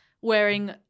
wearing